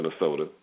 Minnesota